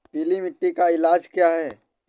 पीली मिट्टी का इलाज क्या है?